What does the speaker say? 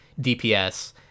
DPS